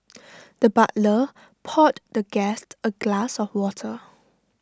the butler poured the guest A glass of water